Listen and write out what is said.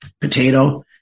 potato